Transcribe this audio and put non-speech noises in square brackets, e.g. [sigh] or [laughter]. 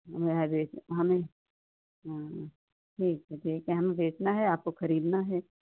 [unintelligible] हमें हाँ जी ठीक है ठीक है हमें बेचना है आपको ख़रीदना है